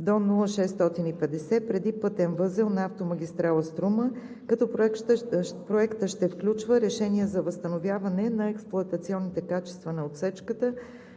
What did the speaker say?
до км 0+650 (преди пътен възел на автомагистрала „Струма“). Проектът ще включва решения за възстановяване на експлоатационните качества на отсечката,